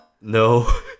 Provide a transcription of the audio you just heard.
No